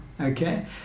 okay